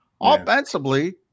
offensively